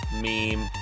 meme